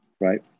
Right